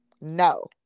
no